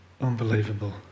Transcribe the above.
Unbelievable